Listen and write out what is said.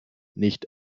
nicht